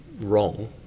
wrong